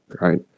right